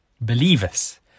believers